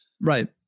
Right